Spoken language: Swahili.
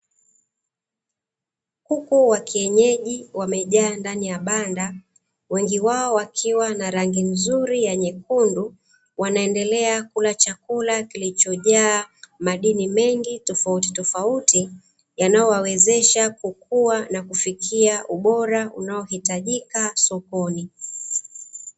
Kuku wa kienyeji wamejaa ndani ya banda, wengi wao wakiwa na rangi nzuri ya nyekundu, wanaendelea kula chakula kilichojaa madini mengi tofauti tofauti, yanayo wawezesha kukua na kufikia ubora unaohitajika sokoni.